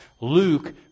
Luke